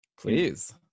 Please